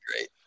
great